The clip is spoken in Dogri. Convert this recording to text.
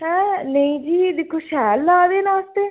नेईं जी दिक्खो शैल ला दे न अस ते